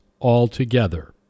altogether